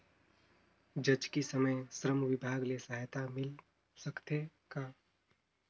जचकी समय श्रम विभाग ले सहायता मिल सकथे का?